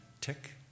tick